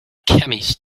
chemist